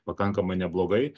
pakankamai neblogai